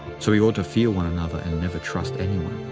so we ought to fear one another and never trust anyone.